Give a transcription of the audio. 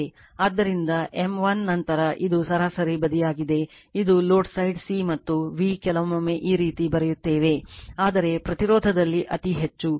ಆದ್ದರಿಂದ m l ನಂತರ ಇದು ಸರಾಸರಿ ಬದಿಯಾಗಿದೆ ಇದು ಲೋಡ್ ಸೈಡ್ C ಮತ್ತು V ಕೆಲವೊಮ್ಮೆ ಈ ರೀತಿ ಬರೆಯುತ್ತೇವೆ ಆದರೆ ಪ್ರತಿರೋಧದಲ್ಲಿ ಅತಿ ಹೆಚ್ಚು